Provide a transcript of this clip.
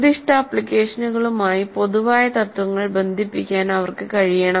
നിർദ്ദിഷ്ട ആപ്ലിക്കേഷനുകളുമായി പൊതുവായ തത്ത്വങ്ങൾ ബന്ധിപ്പിക്കാൻ അവർക്ക് കഴിയണം